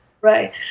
Right